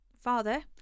father